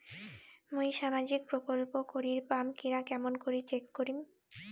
মুই সামাজিক প্রকল্প করির পাম কিনা কেমন করি চেক করিম?